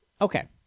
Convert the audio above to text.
Okay